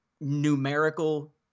numerical